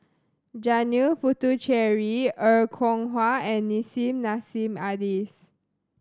Janil Puthucheary Er Kwong Wah and Nissim Nassim Adis